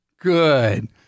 Good